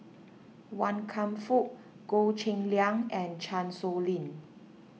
Wan Kam Fook Goh Cheng Liang and Chan Sow Lin